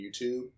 YouTube